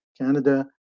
Canada